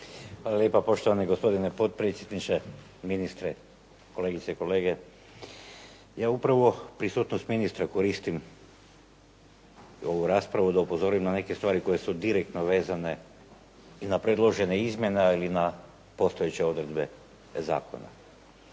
Hvala lijepa, poštovani gospodine potpredsjedniče. Ministre, kolegice i kolege. Ja upravo prisutnost ministra koristim ovu raspravu da upozorim na neke stvari koje su direktno vezane na predložene izmjene ili na postojeće odredbe zakona.